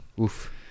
oof